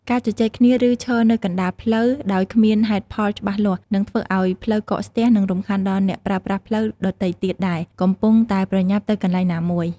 ការជជែកគ្នាឬឈរនៅកណ្តាលផ្លូវដោយគ្មានហេតុផលច្បាស់លាស់នឹងធ្វើឱ្យផ្លូវកកស្ទះនិងរំខានដល់អ្នកប្រើប្រាស់ផ្លូវដ៏ទៃទៀតដែលកំពុងតែប្រញាប់ទៅកន្លែងណាមួយ។